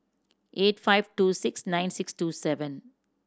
eight five two six nine six two seven